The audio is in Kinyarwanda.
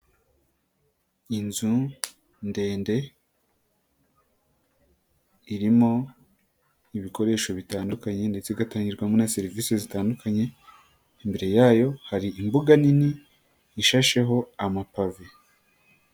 Inzu ndende irimo ibikoresho bitandukanye ndetse igatangirwamo na serivisi zitandukanye, imbere yayo hari imbuga nini ishasheho amapave.